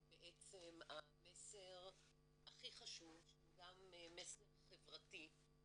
המסר הכי חשוב שהוא גם מסר חברתי,